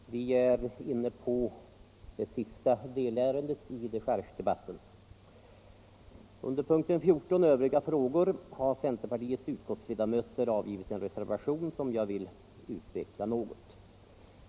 Herr talman! Vi är inne på det sista delärendet i dechargedebatten. Under punkten 14, Övriga frågor, har centerpartiets utskottsledamöter avgivit en reservation som jag vill utveckla något.